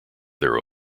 their